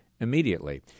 Immediately